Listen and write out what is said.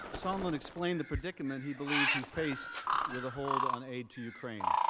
sondland explained the predicament he believed he face with a hold on aid to ukraine.